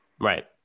Right